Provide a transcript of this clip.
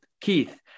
Keith